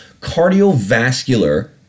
Cardiovascular